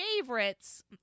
favorites